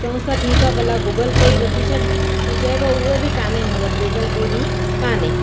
चयूं पिया ठीकु आहे भला गूगल पे ई वठी छॾु त चए पियो उहो बि कोन्हे मूं वटि गूगल पे बि कोन्हे